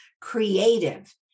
creative